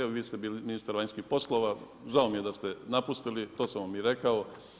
Evo i vi ste bili ministar vanjskih poslova, žao mi je da ste napustili, to sam vam i rekao.